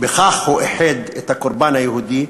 בכך הוא איחד את הקורבן היהודי